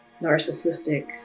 narcissistic